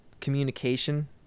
communication